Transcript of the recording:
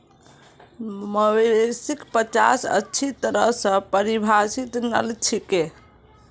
मवेशिक पचास अच्छी तरह स परिभाषित नस्ल छिके